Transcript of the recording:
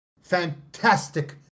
Fantastic